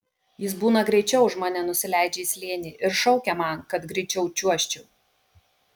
jis būna greičiau už mane nusileidžia į slėnį ir šaukia man kad greičiau čiuožčiau